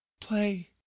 Play